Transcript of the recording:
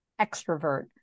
extrovert